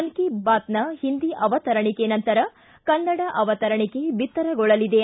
ಮನ್ ಕಿ ಬಾತ್ನ ಹಿಂದಿ ಅವತರಣಿಕೆ ನಂತರ ಕನ್ನಡ ಅವತರಣಿಕೆ ಬಿತ್ತರಗೊಳ್ಳಲಿದೆ